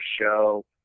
show